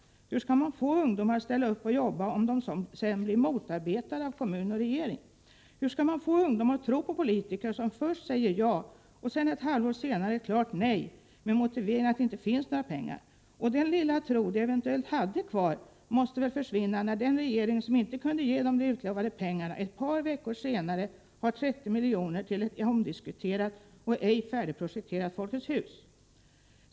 Hur skall man få ungdomar att ställa upp och jobba om de sedan blir motarbetade av kommun och regering? Hur skall man få ungdomar att tro på politiker som först säger ja och ett halvår senare säger klart nej med motiveringen att det inte finns några pengar? Den lilla tro de eventuellt hade kvar måste försvinna när den regering som inte kunde ge dem de utlovade pengarna ett par veckor senare har 30 milj.kr. till ett omdiskuterat och ej färdigprojekterat Folkets hus.